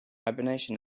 hibernation